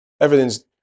everything's